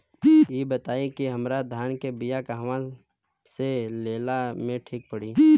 इ बताईं की हमरा धान के बिया कहवा से लेला मे ठीक पड़ी?